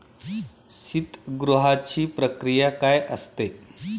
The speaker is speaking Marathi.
शीतगृहाची प्रक्रिया काय असते?